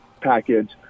package